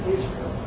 Israel